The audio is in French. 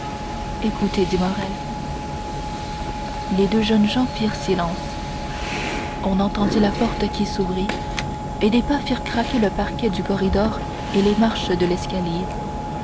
écoutez dit morrel les deux jeunes gens firent silence on entendit la porte qui s'ouvrit et des pas firent craquer le parquet du corridor et les marches de l'escalier